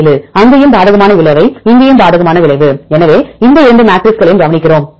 7 அங்கேயும் பாதகமான விளைவை இங்கேயும் பாதகமான விளைவு எனவே இந்த இரண்டு மேட்ரிக்ஸ்களையும் கவனிக்கிறோம்